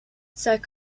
seth